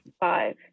five